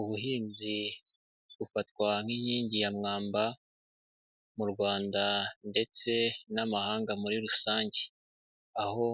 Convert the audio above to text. Ubuhinzi bufatwa nk'inkingi ya mwamba mu rwanda ndetse n'amahanga muri rusange; aho